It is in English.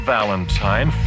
Valentine